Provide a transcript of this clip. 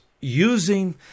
using